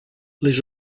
les